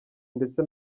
ndetse